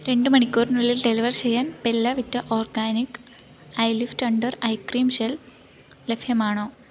രണ്ട് മണിക്കൂറിനുള്ളിൽ ഡെലിവർ ചെയ്യാൻ bella vita organic eye lift under eye cream gel ലഭ്യമാണോ